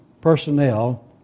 personnel